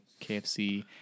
KFC